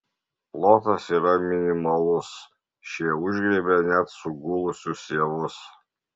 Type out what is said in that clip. plotas yra minimalus šie užgriebia net sugulusius javus